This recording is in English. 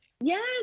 yes